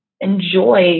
enjoy